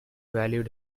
valued